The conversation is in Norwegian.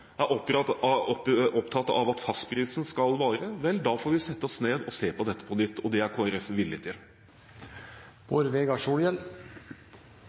opptatt av at fastprisen skal vare, vel, da får vi sette oss ned og se på dette på nytt. Det er Kristelig Folkeparti villig til.